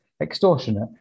extortionate